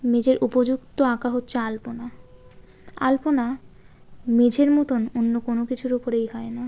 মেঝের উপযুক্ত আঁকা হচ্ছে আলপনা আলপনা মেঝের মতন অন্য কোনও কিছুর উপরেই হয় না